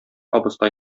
абыстай